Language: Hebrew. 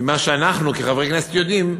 ממה שאנחנו כחברי כנסת יודעים,